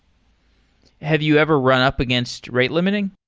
have you ever run up against rate limiting?